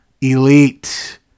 Elite